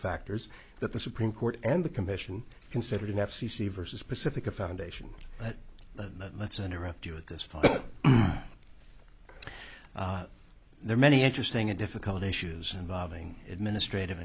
factors that the supreme court and the commission considered an f c c versus pacifica foundation the let's interrupt you at this point there are many interesting and difficult issues involving administrative